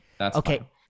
Okay